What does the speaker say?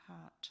heart